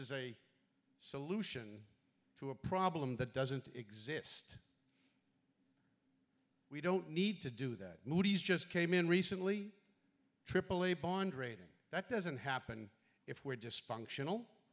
is a solution to a problem that doesn't exist we don't need to do that moody's just came in recently aaa bond rating that doesn't happen if we're just functional